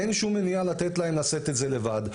אין שום מניעה לתת להם לשאת את זה לבד.